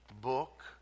book